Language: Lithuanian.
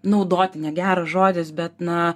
naudoti ne geras žodis bet na